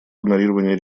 игнорирование